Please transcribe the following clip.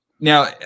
now